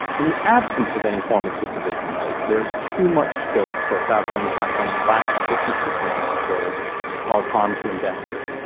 in the absence of any form of supervision though, there's too much scope for crowdfunding platforms that lack sufficient systems and controls to cause harm to investors.